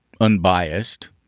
unbiased